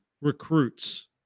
recruits